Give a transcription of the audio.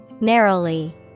Narrowly